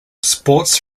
sports